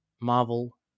Marvel